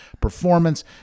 performance